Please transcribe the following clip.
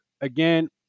Again